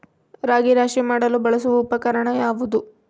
ರಾಗಿ ರಾಶಿ ಮಾಡಲು ಬಳಸುವ ಉಪಕರಣ ಯಾವುದು?